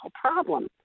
problem